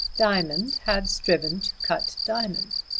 diamond had striven to cut diamond.